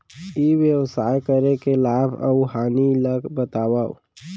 ई व्यवसाय करे के लाभ अऊ हानि ला बतावव?